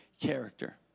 character